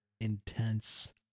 intense